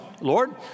Lord